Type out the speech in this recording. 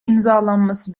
imzalanması